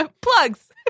plugs